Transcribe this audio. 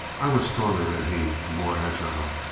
i was stronger than he, and more agile.